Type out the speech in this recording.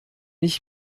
ich